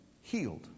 healed